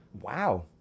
Wow